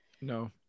No